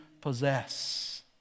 possess